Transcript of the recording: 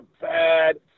bad